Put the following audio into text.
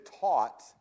taught